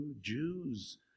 Jews